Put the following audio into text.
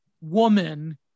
woman